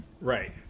Right